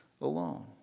alone